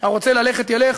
הרוצה ללכת ילך,